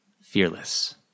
Fearless